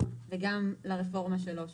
וגם לרפורמה שלו,